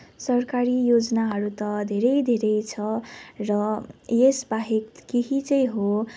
सरकारी योजनाहरू त धेरै धेरै छ र यस बाहेक केही चाहिँ हो